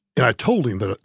and i told him that, ah